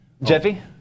Jeffy